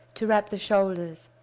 to wrap the shoulders.